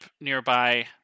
nearby